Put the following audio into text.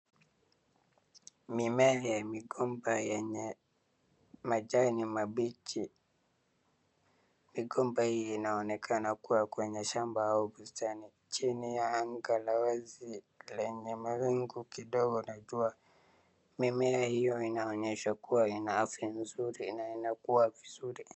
Mimea ya migomba yenye majani mabichi, migomba hii inaonekana kuwa kwenye shamba au bustani chini ya anga wazi lenye mawingu kidogo na jua mimea hiyo inaonyeshwa kuwa ina afya nzuri na inakuwa vizuri.